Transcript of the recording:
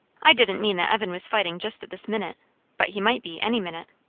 i didn't mean that evan was fighting just at this minute but he might be, any minute.